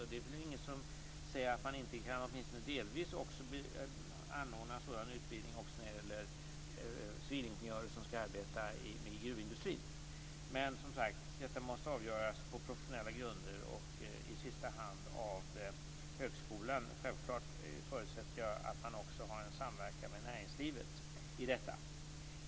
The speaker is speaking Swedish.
Det är väl inget som säger att man inte åtminstone delvis kan anordna sådana utbildningar också när det gäller civilingenjörer som skall arbeta i gruvindustrin. Men detta måste avgöras på professionella grunder och i sista hand av högskolan. Självklart förutsätter jag att man också har en samverkan med näringslivet i detta.